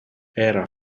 era